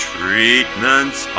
Treatments